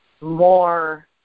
more